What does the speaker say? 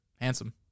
Handsome